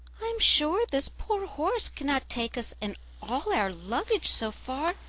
i am sure this poor horse cannot take us and all our luggage so far,